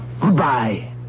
Goodbye